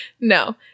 No